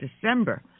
December